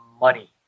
money